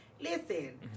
listen